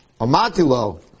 Amatilo